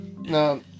No